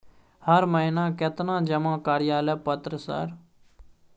हर महीना केतना जमा कार्यालय पत्र सर?